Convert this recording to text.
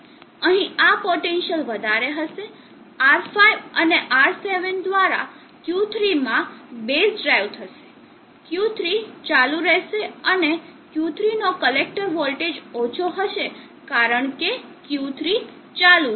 અહીં આ પોટેન્સિઅલ વધારે હશે R5 અને R7 દ્વારા Q3 માં બેઝ ડ્રાઇવ થશે Q3 ચાલુ રહેશે અને Q3 નો કલેક્ટર વોલ્ટેજ ઓછો હશે કારણ કે Q3 ચાલુ છે